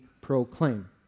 proclaim